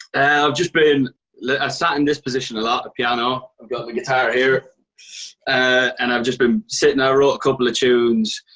i've just been like ah sat in this position. a lot of piano. i've got my guitar here and i've just been sittin'. i wrote a couple of tunes.